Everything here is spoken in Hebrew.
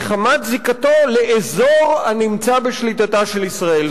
מחמת זיקתו לאזור הנמצא בשליטתה של ישראל.